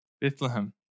Bethlehem